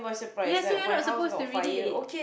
ya so you're not supposed to read it